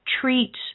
treat